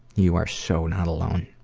you are so not alone.